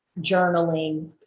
journaling